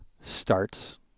starts